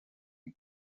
den